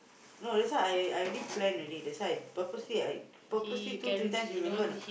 no that's why I I already plan already that's why purposely I purposely two three times you remember or not